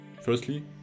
Firstly